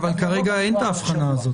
אבל כרגע אין את ההבחנה הזאת.